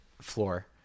floor